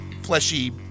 fleshy